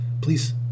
please